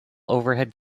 overhead